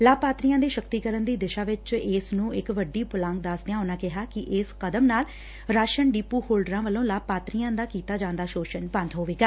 ਲਾਭਪਾਤਰੀਆਂ ਦੇ ਸ਼ਕਤੀਕਰਨ ਦੀ ਦਿਸ਼ਾ ਵਿੱਚ ਇਸ ਨੂੰ ਇਕ ਵੱਡੀ ਪੁਲਾਘ ਦੱਸਦਿਆਂ ਉਨੂਾਂ ਕਿਹਾ ਕਿ ਇਸ ਕਦਮ ਨਾਲ ਰਾਸ਼ਨ ਡਿਪੁ ਹੋਲਡਰਾਂ ਵੱਲੋਂ ਲਾਭਪਾਤਰੀਆਂ ਦਾ ਕੀਤਾ ਜਾਂਦਾ ਸੋਸ਼ਣ ਬੰਦ ਹੋਵੇਗਾ